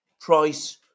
price